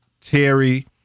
Terry